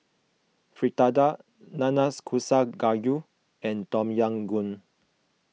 Fritada Nanakusa Gayu and Tom Yam Goong